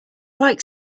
like